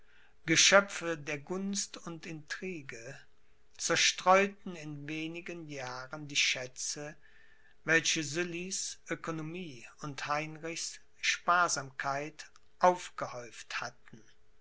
geschöpfe der gunst und intrigue zerstreuten in wenigen jahren die schätze welche sullys oekonomie und heinrichs sparsamkeit aufgehäuft hatten